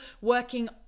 working